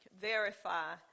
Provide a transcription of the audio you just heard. verify